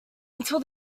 until